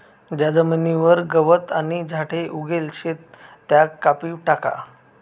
ज्या जमीनवर गवत आणि झाडे उगेल शेत त्या कापी टाका